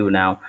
now